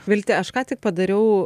vilte aš ką tik padariau